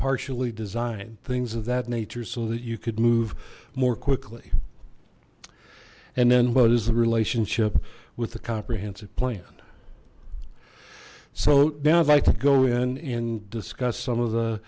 partially designed things of that nature so that you could move more quickly and then what is the relationship with the comprehensive plan so now i'd like to go in and discuss some of the